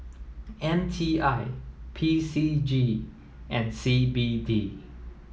M T I P C G and C B D